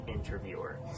interviewer